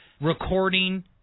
recording